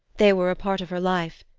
they were a part of her life.